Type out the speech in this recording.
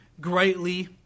greatly